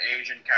Asian